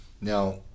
Now